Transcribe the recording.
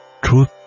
Truth